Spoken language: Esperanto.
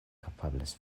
kapablas